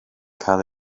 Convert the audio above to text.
cael